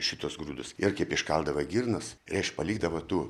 šituos grūdus ir kaip iškaldavo girnas reišk palikdavo tų